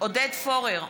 עודד פורר,